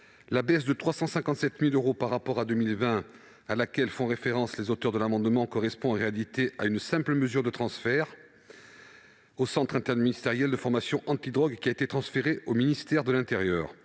La baisse de 357 000 euros par rapport à 2020, à laquelle font référence les auteurs de l'amendement, correspond en réalité à une simple mesure de transfert, les missions du Centre interministériel de formation anti-drogues ayant été transférées au ministère de l'intérieur.